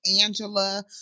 Angela